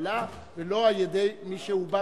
הממשלה ולא על-ידי מי שהוא בא-כוחה.